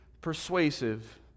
persuasive